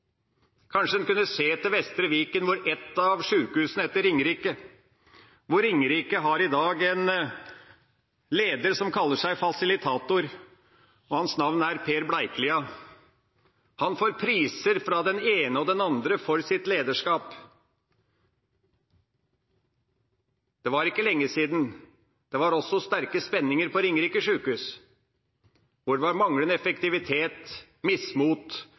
Kanskje kunne man se til Vestre Viken hvor ett av sykehusene heter Ringerike sykehus. Ringerike sykehus har i dag en leder som kaller seg «fasilitator». Hans navn er Per Bleieklia. Han får priser fra den ene og den andre for sitt lederskap. Det er ikke lenge siden det også var sterke spenninger på Ringerike sykehus, hvor det var manglende effektivitet, mismot